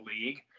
league